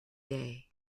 day